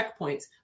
checkpoints